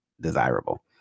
desirable